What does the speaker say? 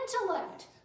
intellect